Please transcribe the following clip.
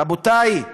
רבותי,